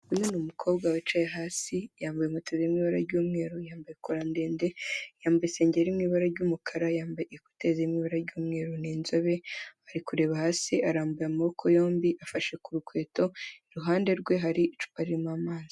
Umwana w'umukobwa wicaye hasi, yambaye inkweto zirimo ibara ry'umweru, yambaye kora ndende, yambaye isengeri iri mu ibara ry'umukara, yambaye ikuteri ziri mu ibara ry'umweru, ni inzobe. Ari kureba hasi, arambuye amaboko yombi, afashe ku rukweto, iruhande rwe hari icupa riri mo amazi.